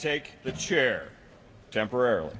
take the chair temporarily